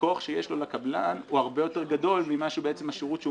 הכוח שיש לו לקבלן הוא הרבה יותר גדול ממה שהוא בעצם השרות שהוא